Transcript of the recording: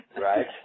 Right